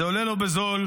זה עולה לו בזול.